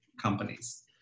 companies